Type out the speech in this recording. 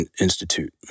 Institute